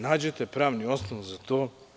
Nađite pravni osnov za to.